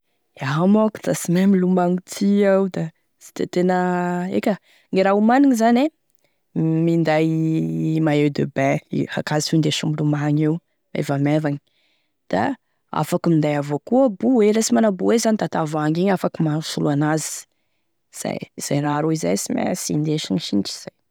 Iaho moa ka da sy mahay milomagno ty aho da sy de tena eka gne raha omanigny zany e da minday maillot de bain, ankazo findesigny milomagno io, maivamaivagny da afaky minday avao koa bouet, la tsy managny bouet da tavohangy avao koa afaky mahasolo an'azy, zay zay raha roy zay e sy mainsy indesigny sinitry zay.